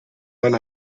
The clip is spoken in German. man